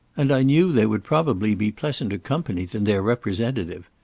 and i knew they would probably be pleasanter company than their representative.